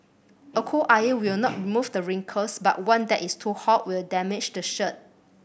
a cool iron will not remove the wrinkles but one that is too hot will damage the shirt